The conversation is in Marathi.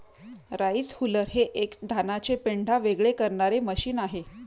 राईस हुलर हे एक धानाचे पेंढा वेगळे करणारे मशीन आहे